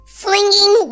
flinging